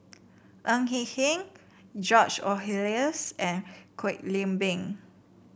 Ng Eng Hen George Oehlers and Kwek Leng Beng